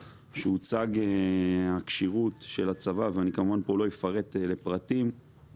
כשהוצגה הכשירות של הצבא ואני כמובן לא אפרט כאן לפרטים,